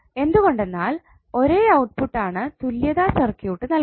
എന്തുകൊണ്ടെന്നാൽ ഒരേ ഔട്ട്പുട്ട്ട്ടാണ് തുല്യതാ സർക്യൂട്ട് നൽകുന്നത്